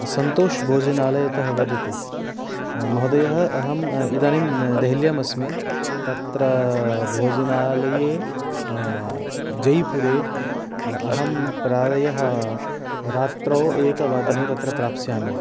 सन्तोषभोजनालयतः वदति महोदय अहम् इदानीं देहल्याम् अस्मि तत्र भोजनालये जयपुरे अहं प्रायः रात्रौ एकवादने तत्र प्राप्स्यामि